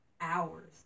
Hours